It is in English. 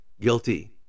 guilty